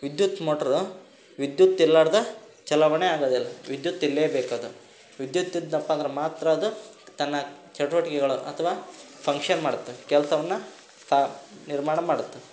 ವಿದ್ಯುತ್ ಮೋಟ್ರ್ ವಿದ್ಯುತ್ ಇರಲಾರ್ದ ಚಲಾವಣೆ ಆಗೋದಿಲ್ಲ ವಿದ್ಯುತ್ ಇರ್ಲ್ಲೇ ಬೇಕದು ವಿದ್ಯುತ್ ಇದ್ದನಪ್ಪ ಅಂದ್ರೆ ಮಾತ್ರ ಅದು ತನ್ನ ಚಟುವಟಿಕೆಗಳು ಅಥವಾ ಫಂಕ್ಷನ್ ಮಾಡುತ್ತ ಕೆಲ್ಸವನ್ನು ಸಹ ನಿರ್ಮಾಣ ಮಾಡತ್ತೆ